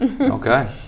Okay